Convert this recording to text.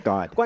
God